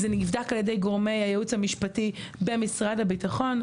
זה נבדק על ידי גורמי הייעוץ המשפטי במשרד הביטחון.